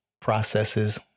processes